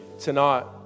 tonight